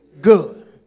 good